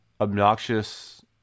obnoxious